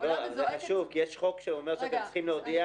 זה חשוב, כי יש חוק שאומר שאתם צריכים להודיע